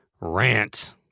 rant